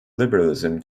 liberalism